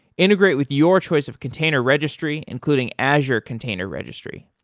integrate with your choice of container registry, including azure container registry.